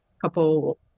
couple